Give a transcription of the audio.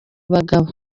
bagabo